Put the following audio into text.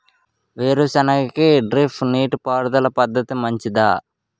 వేరుసెనగ కి డ్రిప్ నీటిపారుదల పద్ధతి మంచిదా?